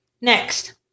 Next